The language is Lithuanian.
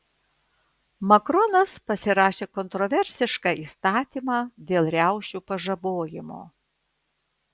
makronas pasirašė kontroversišką įstatymą dėl riaušių pažabojimo